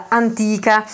antica